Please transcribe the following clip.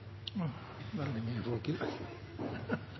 og veldig krevende. Så snakkes det mye